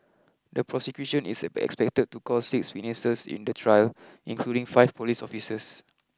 the prosecution is expected to call six witnesses in the trial including five police officers